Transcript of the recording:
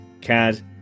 CAD